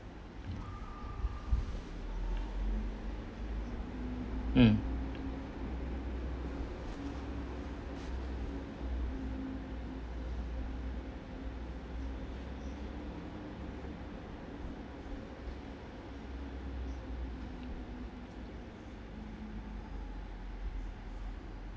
mm